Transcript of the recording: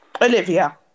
Olivia